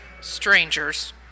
strangers